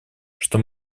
что